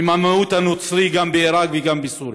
עם המיעוט הנוצרי גם בעיראק וגם בסוריה.